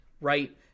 right